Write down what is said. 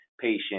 patient